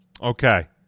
Okay